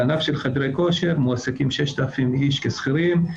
בענף של חדרי הכושר מועסקים 6,000 איש כשכירים,